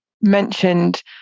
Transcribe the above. mentioned